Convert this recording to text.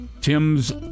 Tim's